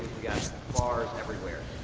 cars everywhere.